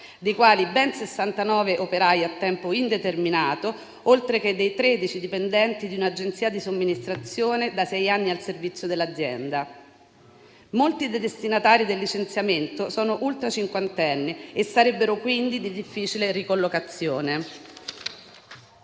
dei quali ben 69 operai a tempo indeterminato, oltre che dei 13 dipendenti di un'agenzia di somministrazione da sei anni al servizio dell'azienda; molti dei destinatari del licenziamento sono ultracinquantenni e sarebbero di difficile ricollocazione;